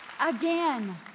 again